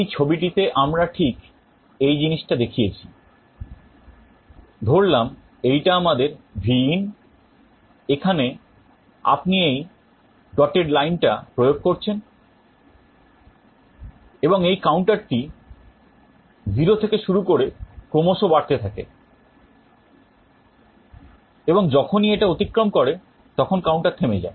এই ছবিটিতে আমরা ঠিক এই জিনিসটা দেখিয়েছি ধরলাম এইটা আমাদের Vin এখানে আপনি এই dotted লাইনটা প্রয়োগ করছেন এবং এই counterটি 0 থেকে শুরু করে ক্রমশ বাড়তে থাকে এবং যখনই এটা অতিক্রম করে তখন counter থেমে যায়